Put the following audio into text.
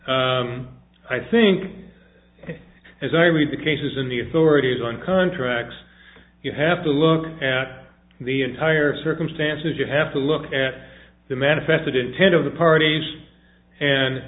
observed i think as i read the cases in the authorities on contracts you have to look at the entire circumstances you have to look at the manifested intent of the parties and